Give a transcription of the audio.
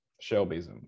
shelby's